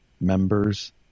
members